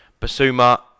Basuma